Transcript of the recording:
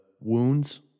wounds